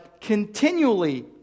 continually